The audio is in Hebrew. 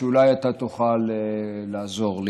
אולי תוכל לעזור לי.